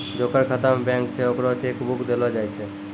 जेकर खाता बैंक मे छै ओकरा चेक बुक देलो जाय छै